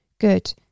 Good